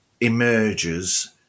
emerges